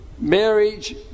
marriage